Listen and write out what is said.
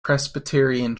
presbyterian